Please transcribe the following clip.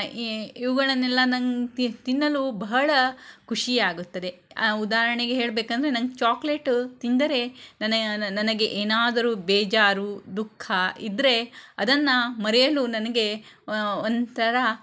ಇವುಗಳನ್ನೆಲ್ಲ ನಂಗೆ ತಿನ್ನಲು ಬಹಳ ಖುಷಿಯಾಗುತ್ತದೆ ಉದಾಹರಣೆಗೆ ಹೇಳಬೇಕಂದ್ರೆ ನಂಗೆ ಚೊಕ್ಲೇಟ ತಿಂದರೆ ನನ್ನ ನನಗೆ ಏನಾದರೂ ಬೇಜಾರು ದುಃಖ ಇದ್ದರೆ ಅದನ್ನು ಮರೆಯಲು ನನಗೆ ಒಂಥರ